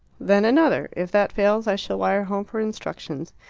then another. if that fails i shall wire home for instructions.